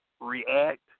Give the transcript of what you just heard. react